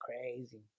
Crazy